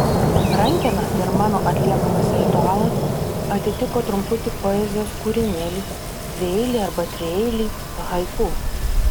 rankena ir mano atliekamas ritualas atitiko trumputį poezijos kūrinėlį dvieilį arba trieilį haiku